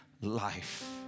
life